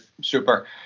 super